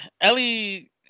Ellie